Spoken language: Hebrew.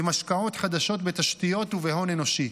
עם השקעות חדשות בתשתיות ובהון אנושי.